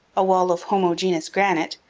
a wall of homogeneous granite,